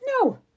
no